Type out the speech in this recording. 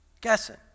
guessing